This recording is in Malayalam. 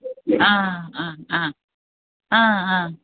ആ ആ ആ ആ ആ